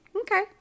Okay